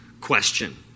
question